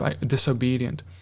disobedient